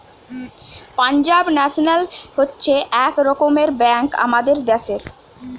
Punjab national হচ্ছে এক রকমের ব্যাঙ্ক আমাদের দ্যাশের